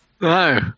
No